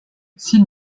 s’il